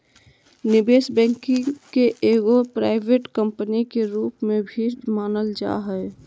निवेश बैंकिंग के एगो प्राइवेट कम्पनी के रूप में भी मानल जा हय